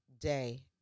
Day